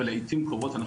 ולעתים קרובות,